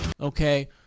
Okay